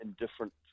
indifferent